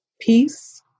Peace